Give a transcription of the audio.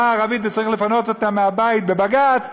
ערבית וצריך לפנות אותם מהבית בבג"ץ,